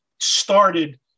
started